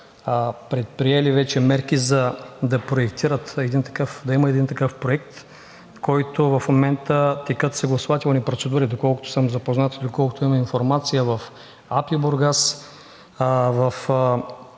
предприели вече мерки да има един такъв проект, по който в момента текат съгласувателни процедури, доколкото съм запознат и доколкото имам информация в АПИ – Бургас, в